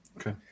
Okay